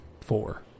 four